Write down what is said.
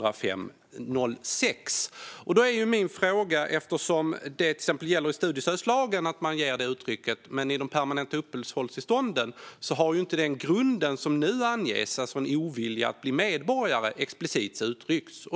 Det gäller i till exempel studiestödslagen att man anger detta uttryckligen. Men i de permanenta uppehållstillstånden har inte den grund som nu anges, alltså en ovilja att bli medborgare, explicit uttryckts.